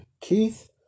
Keith